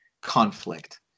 conflict